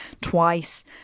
twice